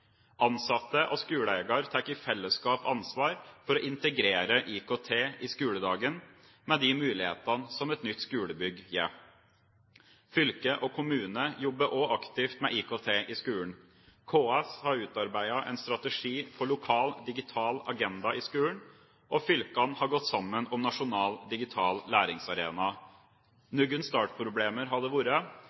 Ansatte og skoleeier tar i fellesskap ansvar for å integrere IKT i skoledagen, med de mulighetene som et nytt skolebygg gir. Fylker og kommuner jobber også aktivt med IKT i skolen. KS har utarbeidet en strategi for lokal digital agenda i skolen, og fylkene har gått sammen om Nasjonal digital læringsarena. Noen startproblemer har det vært,